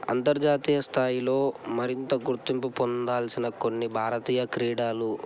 అంతర్జాతీయస్థాయిలో మరింత గుర్తింపుపొందాల్సిన కొన్ని భారతీయ క్రీడలు